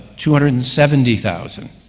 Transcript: two hundred and seventy thousand.